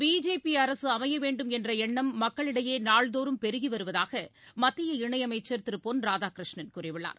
பிஜேபிஅரசுஅமையவேண்டும் என்றஎண்ணம் மக்களிடையேநாள்தோறும் தமிழகத்தில் பெருகிவருவதாகமத்திய இணையமைச்சர் திருபொன்ராதாகிருஷ்ணன் கூறியுள்ளார்